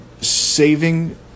saving